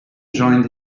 joined